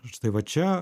štai va čia